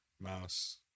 Mouse